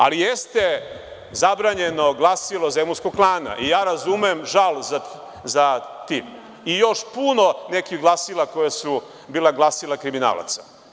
Ali, jeste zabranjeno glasilo zemunskog klana, ja razumem žal za tim, i još puno nekih glasila koja su bila glasila kriminalaca.